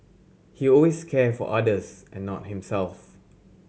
he always care for others and not himself